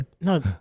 No